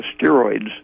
steroids